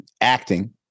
acting